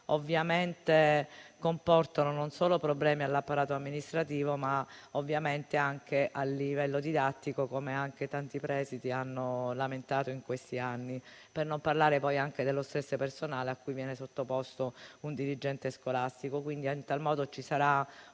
ovviamente comportano non solo problemi all'apparato amministrativo, ma anche a livello didattico, come anche tanti presidi hanno lamentato in questi anni. Questo per non parlare anche dello stress personale a cui viene sottoposto un dirigente scolastico. In tal modo ci sarà una